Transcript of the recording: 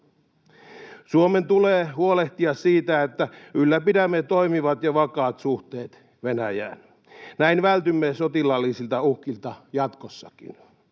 Suomen tulee huolehtia siitä, että ylläpidämme toimivat ja vakaat suhteet Venäjään. Näin vältymme sotilaallisilta uhkilta jatkossakin.